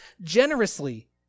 generously